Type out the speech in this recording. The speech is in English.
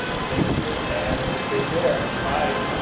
thank you, and take care! bye.